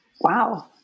wow